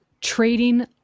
trading